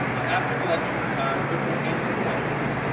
after the lecture rip will answer questions,